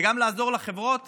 וגם לעזור לחברות